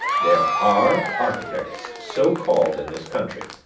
there are architects so called in this country,